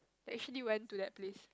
actually went to that place